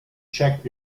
check